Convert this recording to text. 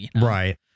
Right